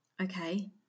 Okay